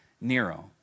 Nero